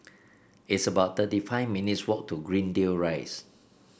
it's about thirty five minutes' walk to Greendale Rise